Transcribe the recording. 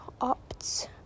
opts